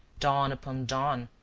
dawn upon dawn,